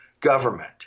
government